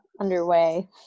underway